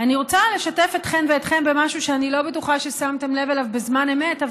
אני רוצה לשתף אתכן ואתכם במשהו שאני לא בטוחה ששמתם לב אליו בזמן אמת,